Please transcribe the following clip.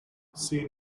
see